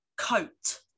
coat